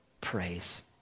praise